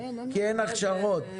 אין הכשרות.